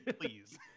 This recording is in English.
please